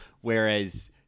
Whereas